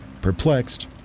Perplexed